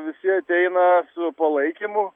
visi ateina su palaikymu